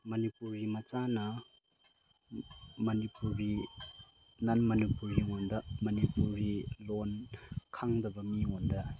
ꯃꯅꯤꯄꯨꯔꯤ ꯃꯆꯥꯅ ꯃꯅꯤꯄꯨꯔꯤ ꯅꯟ ꯃꯅꯤꯄꯨꯔꯤꯉꯣꯟꯗ ꯃꯅꯤꯄꯨꯔꯤ ꯂꯣꯟ ꯈꯪꯗꯕ ꯃꯤꯉꯣꯟꯗ